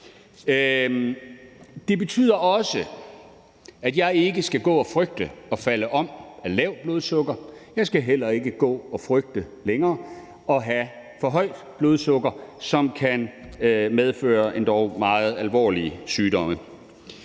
Det betyder også, at jeg ikke skal gå og frygte at falde om af lavt blodsukker, og jeg skal heller ikke gå og frygte længere at have for højt blodsukker, som kan medføre endog meget alvorlige sygdomme.